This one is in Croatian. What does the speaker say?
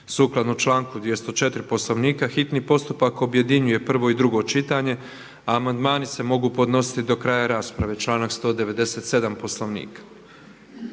Sukladno članku 204. Poslovnika hitni postupak objedinjuje prvo i drugo čitanje a amandmani se mogu podnositi do kraja rasprave, članak 197. Poslovnika.